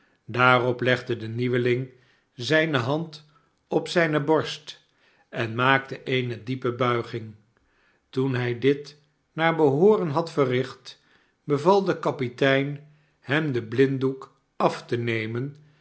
daarop legde de nieuweling zijne hand op zijne borst en maakte eene diepe buiging toen hij dit naar behooren had verricht beval de kapitein hem den blinddoek afte nemen